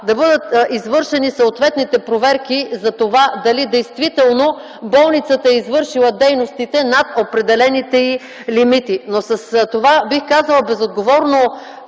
да бъдат извършени съответните проверки за това дали действително болницата е извършила дейностите над определените й лимити. Но с това, бих казала, безотговорно